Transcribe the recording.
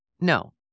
No